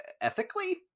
ethically